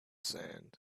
sand